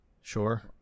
Sure